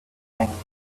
pancakes